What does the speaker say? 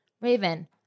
Raven